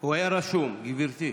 הוא היה רשום, גברתי.